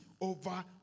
over